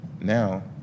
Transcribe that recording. Now